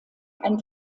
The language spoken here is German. ein